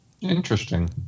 interesting